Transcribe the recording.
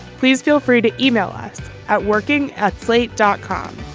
please feel free to email us at working at slate dot com.